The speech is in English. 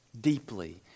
deeply